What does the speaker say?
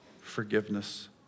Forgiveness